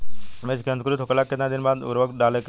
बिज के अंकुरित होखेला के कितना दिन बाद उर्वरक डाले के होखि?